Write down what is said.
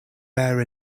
bear